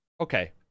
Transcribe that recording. Okay